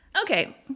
Okay